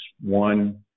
One